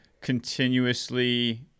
continuously